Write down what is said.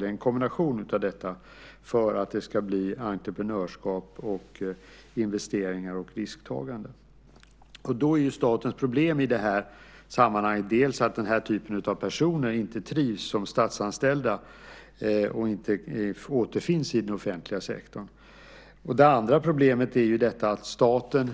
Det är en kombination av detta som krävs för att det ska bli entreprenörskap, investeringar och risktagande. Statens problem i det sammanhanget är att den typen av personer inte trivs som statsanställda och inte återfinns i den offentliga sektorn. Det andra problemet är att staten